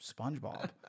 SpongeBob